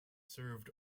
served